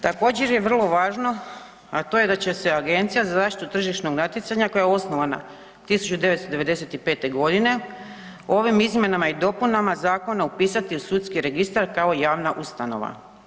Također je vrlo važno, a to je da će se Agencija za zaštitu tržišnog natjecanja koja je osnovana 1995.g. ovim izmjenama i dopunama zakona upisati u Sudski registar kao javna ustanova.